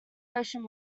ocean